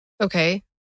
Okay